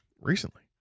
recently